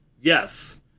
Yes